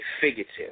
figurative